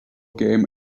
game